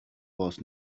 was